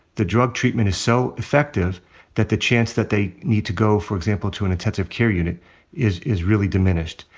the drug treatment is so effective that the chance that they need to go, for example, to an intensive care unit is is really diminished.